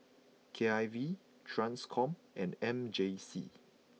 K I V Transcom and M J C